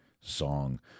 song